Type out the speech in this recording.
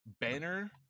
banner